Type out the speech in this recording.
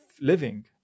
living